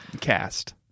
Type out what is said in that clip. cast